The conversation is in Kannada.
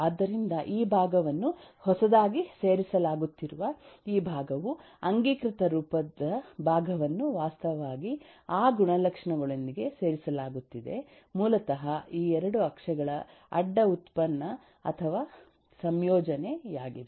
ಆದ್ದರಿಂದ ಈ ಭಾಗವನ್ನು ಹೊಸದಾಗಿ ಸೇರಿಸಲಾಗುತ್ತಿರುವ ಈ ಭಾಗವು ಅಂಗೀಕೃತ ರೂಪದ ಭಾಗವನ್ನು ವಾಸ್ತವವಾಗಿ ಆ ಗುಣಲಕ್ಷಣಗಳೊಂದಿಗೆ ಸೇರಿಸಲಾಗುತ್ತಿದೆ ಮೂಲತಃ ಈ 2 ಅಕ್ಷಗಳ ಅಡ್ಡ ಉತ್ಪನ್ನ ಅಥವಾ ಸಂಯೋಜನೆಯಾಗಿದೆ